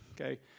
Okay